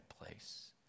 place